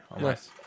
Nice